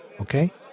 Okay